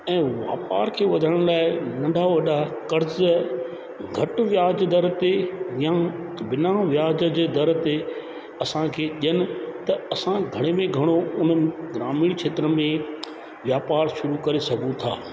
ऐं वापार खे वधाइण लाइ नंढा वॾा कर्ज घटि ब्याज दर ते या बिना ब्याज जे दर ते असांखे जन त असां घणे में घणो उन ग्रामीण क्षेत्र में व्यापार शुरू करे सघूं था